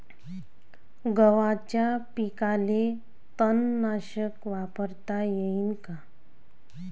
गव्हाच्या पिकाले तननाशक वापरता येईन का?